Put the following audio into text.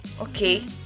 Okay